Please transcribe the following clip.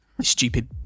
stupid